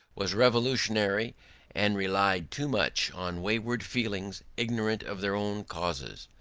was revolutionary and relied too much on wayward feelings ignorant of their own causes.